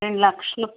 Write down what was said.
రెండు లక్షలు